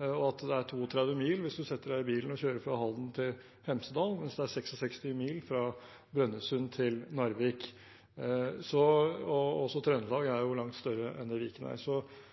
og at det er 32 mil hvis man setter seg i bilen og kjører fra Halden til Hemsedal, mens det er 66 mil fra Brønnøysund til Narvik. Også Trøndelag er